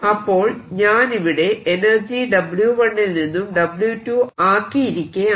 അപ്പോൾ ഞാനിവിടെ energy W1 ൽ നിന്നും W2 ആക്കിയിരിക്കയാണ്